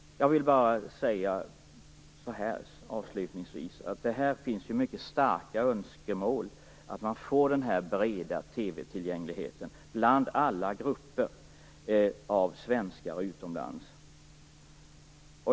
Jag vill bara säga att det finns mycket starka önskemål om att få den här breda TV-tillgängligheten bland alla grupper av svenskar utomlands.